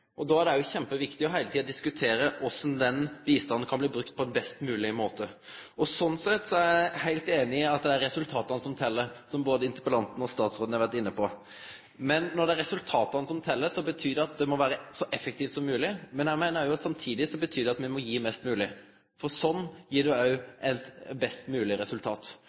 Då er det kjempeviktig heile tida å diskutere korleis den bistanden kan bli brukt på ein best mogleg måte. Slik sett er eg heilt einig i at det er resultata som tel, som både interpellanten og statsråden har vore inne på. Men når det er resultata som tel, betyr det at det må vere så effektivt som mogleg. Men eg meiner òg at samtidig betyr det at me må gi mest mogleg, for slik blir det òg eit best resultat. Eg er utolmodig for å få til eit endå betre resultat,